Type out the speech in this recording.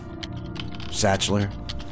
Satchler